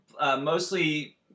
mostly